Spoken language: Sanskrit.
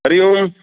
हरिः ओम्